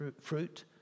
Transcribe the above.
fruit